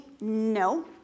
No